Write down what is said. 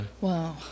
Wow